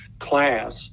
class